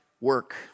work